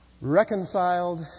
Reconciled